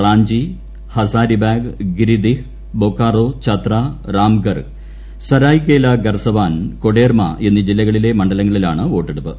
റാഞ്ചി ഹസാരിബാഗ് ഗിരിദിഹ് ബൊക്കാറോ ഛത്ര റാംഗർഹ് സരായ്കേല ഖർസവാൻ കൊഡേർമ എന്നീ ജില്ലകളിലെ മണ്ഡലങ്ങളിലാണ് വോട്ടെടുപ്പ്